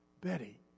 Betty